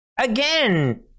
Again